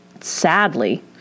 sadly